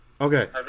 Okay